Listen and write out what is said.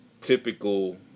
typical